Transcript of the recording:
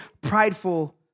prideful